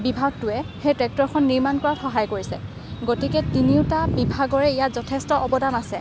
বিভাগটোৱে সেই ট্ৰেক্টৰখন নিৰ্মাণ কৰাত সহায় কৰিছে গতিকে তিনিওটা বিভাগৰে ইয়াত যথেষ্ট অৱদান আছে